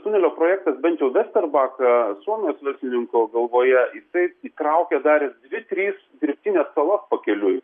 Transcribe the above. tunelio projektas bent jau vesterbak suomijos verslininko galvoje jisai įtraukė dar ir dvi trys dirbtines salas pakeliui